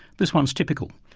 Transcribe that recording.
this one's typical.